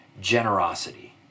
generosity